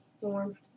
warm